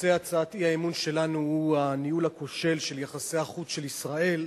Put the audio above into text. נושא הצעת האי-אמון שלנו הוא הניהול הכושל של יחסי החוץ של ישראל,